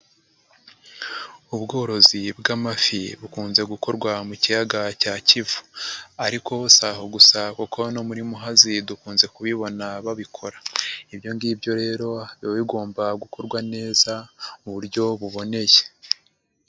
Ubworozi bw'amafi bukunze gukorwa mu kiyaga cya Kivu, ariko bo si aho gusa kuko no muri Muhazi dukunze kubibona babikora, ibyo ngibyo rero biba bigomba gukorwa neza mu buryo buboneye.